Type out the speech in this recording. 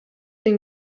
den